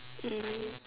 mm